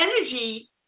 energy